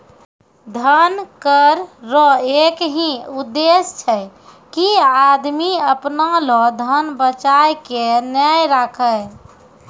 धन कर रो एक ही उद्देस छै की आदमी अपना लो धन बचाय के नै राखै